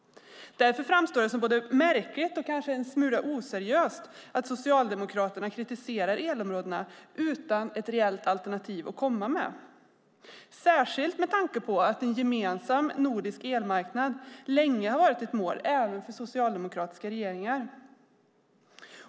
Därför framstår det som både märkligt och en smula oseriöst att Socialdemokraterna kritiserar elområdena utan att komma med ett reellt alternativ - särskilt med tanke på att en gemensam nordisk elmarknad varit ett mål även för socialdemokratiska regeringar.